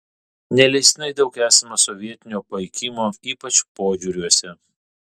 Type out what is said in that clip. neleistinai daug esama sovietinio paikimo ypač požiūriuose